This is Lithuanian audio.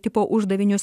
tipo uždavinius